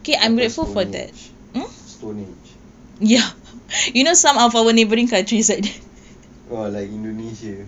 stone aged stone aged ah like indonesia